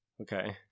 Okay